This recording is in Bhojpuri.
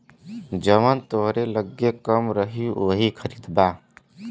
जवन तोहरे लग्गे कम रही वही खरीदबा